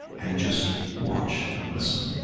and just watch and listen.